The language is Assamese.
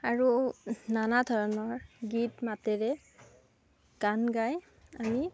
আৰু নানা ধৰণৰ গীত মাতেৰে গান গাই আমি